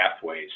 pathways